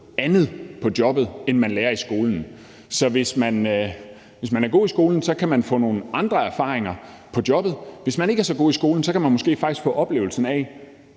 andet på jobbet, end man lærer i skolen. Så hvis man er god i skolen, kan man få nogle andre erfaringer på jobbet, og hvis man ikke er så god i skolen, kan man måske få oplevelsen af